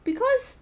because